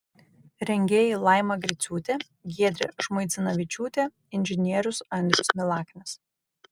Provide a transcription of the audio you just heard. rengėjai laima griciūtė giedrė žmuidzinavičiūtė inžinierius andrius milaknis